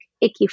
icky